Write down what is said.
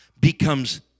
becomes